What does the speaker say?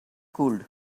cooled